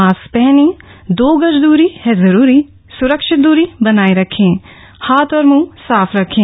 mask पहनें दो गज दूरी है जरूरी सुरक्षित दूरी बनाए रखें हाथ और मुंह साफ रखें